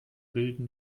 bilden